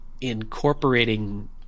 incorporating